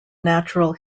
natural